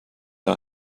our